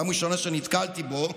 פעם ראשונה שנתקלתי בו,